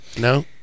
No